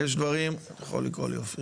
עודד, יש דברים, אתה יכול לקרוא לי אופיר.